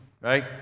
right